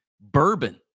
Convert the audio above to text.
bourbon